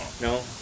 No